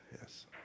Yes